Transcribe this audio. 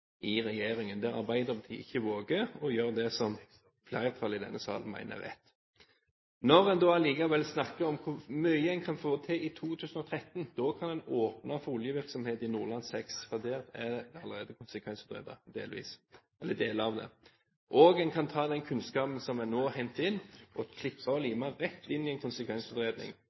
i regjeringen, der Arbeiderpartiet ikke våger å gjøre det som flertallet i denne salen mener er rett. Når en likevel snakker om hvor mye en kan få til i 2013, høres jo det veldig bra ut, for da kan en åpne for oljevirksomhet i Nordland VI, for der er allerede deler av det konsekvensutredet, og en kan ta den kunnskapen som en nå henter inn, klippe og lime rett inn i en konsekvensutredning,